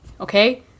Okay